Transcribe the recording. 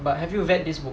but have you read this book